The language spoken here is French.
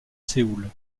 séoul